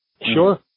Sure